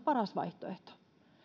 paras vaihtoehto